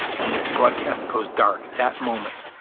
and the broadcast goes dark. that moment,